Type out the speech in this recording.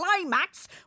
climax